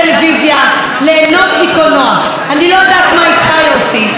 אני לא יודעת מה איתך, יוסי,